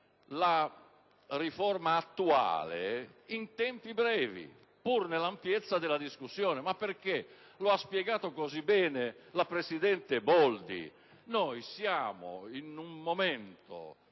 la riforma attuale in tempi brevi, pur nell'ampiezza della discussione. Ma perché? Lo ha spiegato così bene la presidente Boldi: siamo in un momento